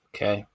Okay